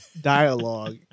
dialogue